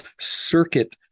circuit